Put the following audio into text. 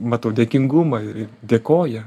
matau dėkingumą ir ir dėkoja